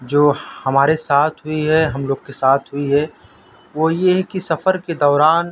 جو ہمارے ساتھ ہوئی ہے ہم لوگ کے ساتھ ہوئی ہے وہ یہ ہے کہ سفر کے دوران